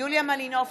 יוליה מלינובסקי,